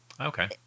Okay